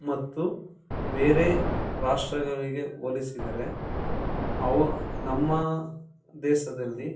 ಮತ್ತು ಬೇರೆ ರಾಷ್ಟ್ರಗಳಿಗೆ ಹೋಲಿಸಿದರೆ ಅವು ನಮ್ಮ ದೇಶದಲ್ಲಿ